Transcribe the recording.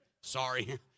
Sorry